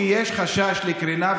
כי יש חשש לקרינה,